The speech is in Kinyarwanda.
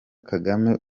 kagame